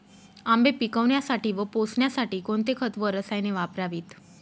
आंबे पिकवण्यासाठी व पोसण्यासाठी कोणते खत व रसायने वापरावीत?